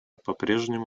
попрежнему